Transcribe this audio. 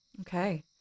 okay